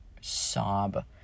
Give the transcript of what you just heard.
sob